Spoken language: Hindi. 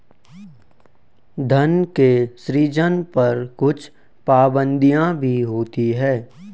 धन के सृजन पर कुछ पाबंदियाँ भी होती हैं